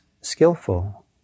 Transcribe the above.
skillful